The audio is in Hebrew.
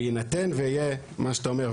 בהינתן ויהיה מה שאתה אומר,